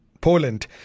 Poland